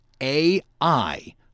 AI